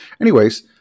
anyways-